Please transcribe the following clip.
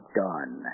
done